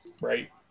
Right